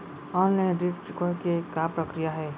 Online ऋण चुकोय के का प्रक्रिया हे?